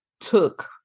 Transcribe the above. took